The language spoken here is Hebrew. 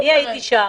אני הייתי שם.